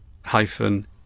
hyphen